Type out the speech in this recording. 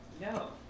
No